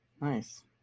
Nice